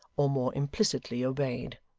or more implicitly obeyed.